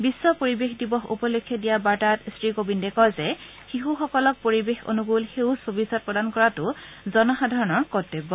বিশ্ব পৰিৱেশ দিৱস উপলক্ষে দিয়া বাৰ্তা শ্ৰীকোবিন্দে কয় যে শিশুসকলক পৰিৱেশ অনুকল সেউজ ভৱিষ্যৎ প্ৰদান কৰাটো জনসাধাৰণৰ কৰ্তব্য